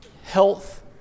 health